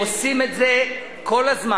ההסבר הוא תחכום, והם עושים את זה כל הזמן.